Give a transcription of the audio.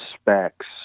specs